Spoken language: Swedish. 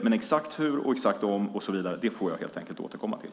Men exakt hur och exakt om och så vidare får jag helt enkelt återkomma till.